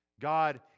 God